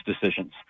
decisions